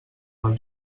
del